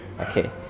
Okay